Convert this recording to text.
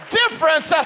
difference